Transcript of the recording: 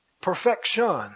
perfection